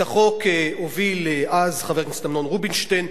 את החוק הוביל אז חבר הכנסת אמנון רובינשטיין,